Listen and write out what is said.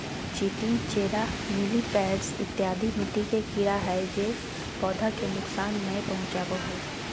चींटी, चेरा, मिलिपैड्स इत्यादि मिट्टी के कीड़ा हय जे पौधा के नुकसान नय पहुंचाबो हय